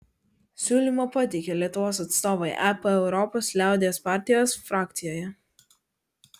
siūlymą pateikė lietuvos atstovai ep europos liaudies partijos frakcijoje